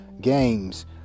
games